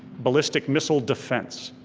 ballistic missile defense,